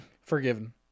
Forgiven